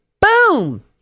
Boom